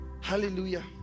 Hallelujah